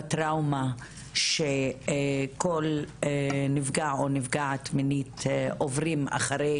בטראומה שכל נפגע או נפגעת מינית עוברים אחרי